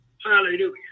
Hallelujah